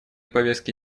повестке